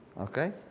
Okay